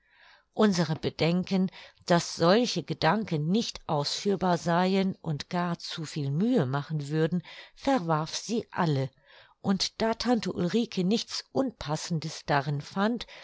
unsere bedenken daß solche gedanken nicht ausführbar seien und gar zu viel mühe machen würden verwarf sie alle und da tante ulrike nichts unpassendes darin fand